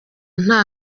nta